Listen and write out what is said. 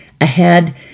ahead